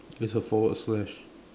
is a forward slash